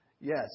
Yes